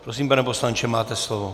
Prosím, pane poslanče, máte slovo.